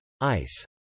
ICE